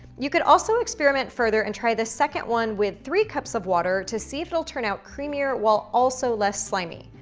you could also experiment further and try the second one with three cups of water to see if it'll turn out creamier while also less slimy.